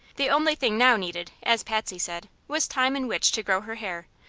the only thing now needed, as patsy said, was time in which to grow her hair,